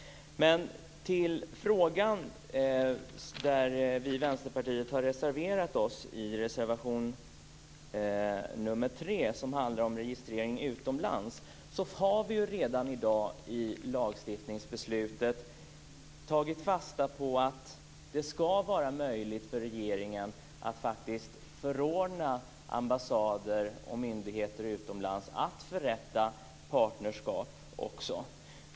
I den fråga där vi i Vänsterpartiet har reserverat oss i reservation 3, som handlar om registrering utomlands, har vi redan i dag i ett lagstiftningsbeslut tagit fasta på att det ska vara möjligt för regeringen att faktiskt förordna ambassader och myndigheter utomlands att förrätta också partnerskap.